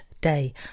day